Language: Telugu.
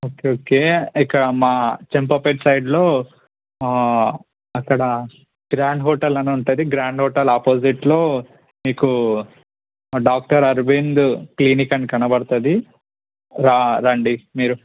ఓకే ఓకే ఇక మా చంపాపేట్ సైడ్లో అక్కడ గ్రాండ్ హోటల్ అని ఉంటుంది గ్రాండ్ హోటల్ ఆపోజిట్లో మీకు డాక్టర్ అరవింద్ క్లినిక్ అని కనబడుతుంది రా రండి మీరు